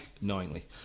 knowingly